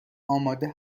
آماده